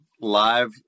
live